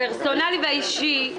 לגבי הפרסונלי והאישי,